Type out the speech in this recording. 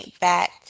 back